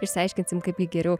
išsiaiškinsim kaip jei geriau